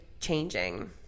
changing